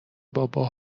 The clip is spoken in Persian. بابا